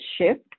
shift